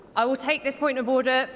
i will take this point of order.